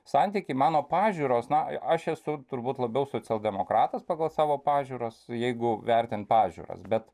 santykiai mano pažiūros na aš esu turbūt labiau socialdemokratas pagal savo pažiūras jeigu vertint pažiūras bet